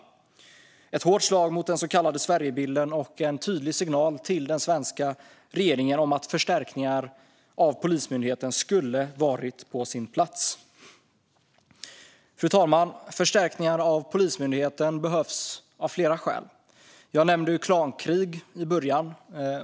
Det är ett hårt slag mot den så kallade Sverigebilden och en tydlig signal till den svenska regeringen om att förstärkningar av Polismyndigheten skulle ha varit på sin plats. Fru talman! Förstärkningar av Polismyndigheten behövs av flera skäl. Jag nämnde klankrig i början.